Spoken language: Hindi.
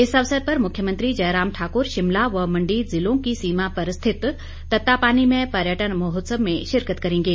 इस अवसर पर मुख्यमंत्री जयराम ठाकुर शिमला व मंडी जिलों की सीमा पर स्थित ततापानी में पर्यटन महोत्सव में शिरकत करेंगे